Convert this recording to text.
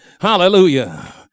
Hallelujah